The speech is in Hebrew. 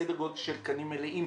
סדר גודל של תקנים מלאים,